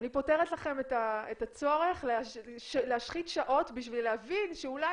פותרת לכם את הצורך להשחית שעות בשביל להבין שאולי